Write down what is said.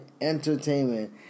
entertainment